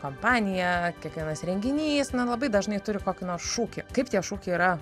kompanija kiekvienas renginys na labai dažnai turi kokį nors šūkį kaip tie šūkiai yra